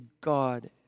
God